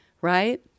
right